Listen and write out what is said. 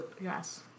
yes